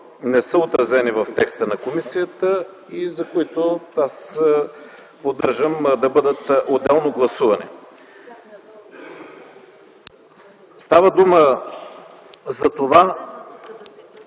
не са отразени в текста на комисията и за които аз поддържам да бъдат отделно гласувани. Става дума за това